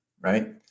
right